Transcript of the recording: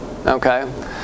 Okay